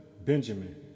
Benjamin